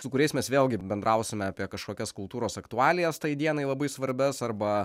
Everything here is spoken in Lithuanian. su kuriais mes vėlgi bendrausime apie kažkokias kultūros aktualijas tai dienai labai svarbias arba